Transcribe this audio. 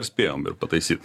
spėjom ir pataisyt